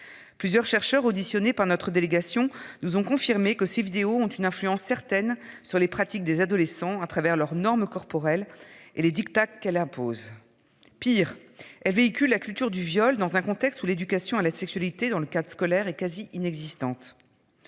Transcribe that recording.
Plusieurs chercheurs auditionnés par notre délégation nous ont confirmé que ces vidéos ont une influence certaine sur les pratiques des adolescents à travers leurs normes corporelles et les diktats qu'elle impose pire et véhicule la culture du viol dans un contexte où l'éducation à la sexualité dans le cadre scolaire est quasi inexistante.